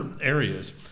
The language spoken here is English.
areas